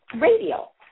radio